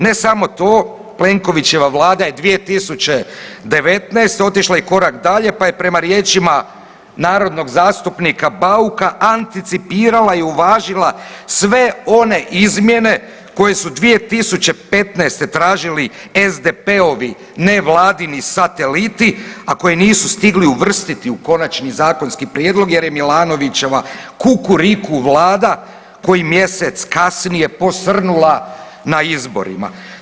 Ne samo to, Plenkovićeva Vlada je 2019. otišla i korak dalje pa je prema riječima narodnog zastupnika Bauka, anticipirala i uvažila sve one izmjene koje su 2015. tražili SDP-ovi nevladini sateliti, a koje nisu stigli uvrstiti u konačni zakonski prijedlog jer je Milanovićeva kukuriku Vlada koji mjesec kasnije posrnula na izborima.